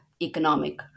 Economic